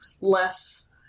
Less